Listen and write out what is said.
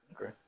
Okay